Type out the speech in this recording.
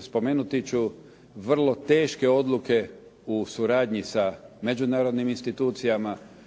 Spomenuti ću vrlo teške odluke u suradnji sa međunarodnim institucijama,